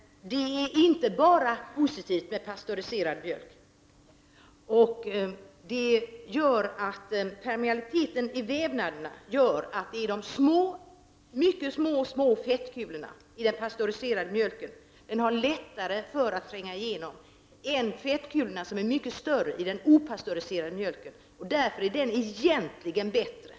Herr talman! Det är inte bara positivt med homogeniserad mjölk. Permeabiliteten i vävnaderna gör att de mycket små fettkulorna i den pastöriserade mjölken har lättare att tränga igenom än den opastöriserade mjölkens fettkulor, som är mycket större. Därför är den mjölken egentligen bättre.